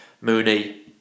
Mooney